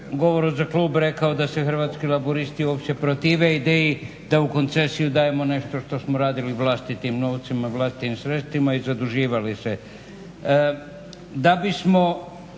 govoru za klub rekao da se Hrvatski laburisti uopće protive ideji da u koncesiju dajemo nešto što smo radili vlastitim novcima, vlastitim sredstvima i zaduživali se.